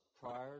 prior